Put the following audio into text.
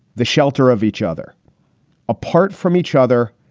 the shelter of each other apart from each other.